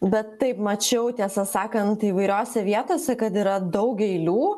bet taip mačiau tiesą sakant įvairiose vietose kad yra daug eilių